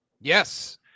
Yes